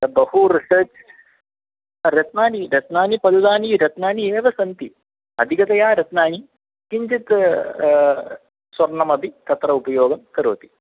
तद् बहु रिसर्च् रत्नानि रत्नानि पर्याप्तानि रत्नानि एव सन्ति अधिकतया रत्नानि किञ्चित् स्वर्णमपि तत्र उपयोगं करोति